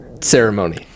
ceremony